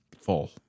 full